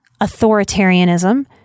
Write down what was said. authoritarianism